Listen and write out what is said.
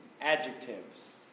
adjectives